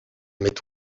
met